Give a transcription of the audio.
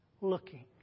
looking